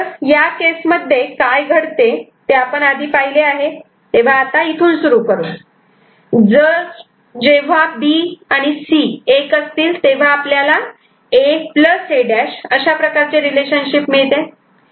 तर या केस मध्ये काय घडते ते आपण आधी पाहिले आहे तेव्हा आता इथून सुरू करू तर जेव्हा B आणि C 1 असतील तेव्हा आपल्याला A A' अशा प्रकारचे रीलेशन शिप मिळते